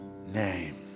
name